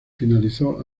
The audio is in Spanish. finalizó